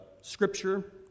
scripture